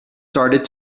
started